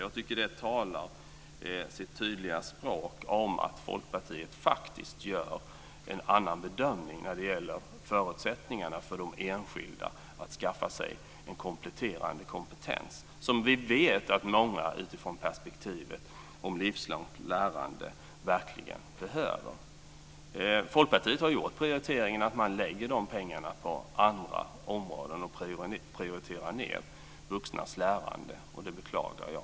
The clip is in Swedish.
Jag tycker att det talar sitt tydliga språk om att Folkpartiet faktiskt gör en annan bedömning när det gäller förutsättningarna för de enskilda att skaffa sig en kompletterande kompetens som vi vet att många utifrån perspektivet om ett livslångt lärande verkligen behöver. Folkpartiet har gjort prioriteringen att man lägger dessa pengar på andra områden och prioriterar ned vuxnas lärande, och det beklagar jag.